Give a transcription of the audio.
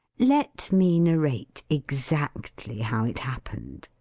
let me narrate exactly how it happened.